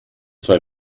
zwei